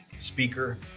speaker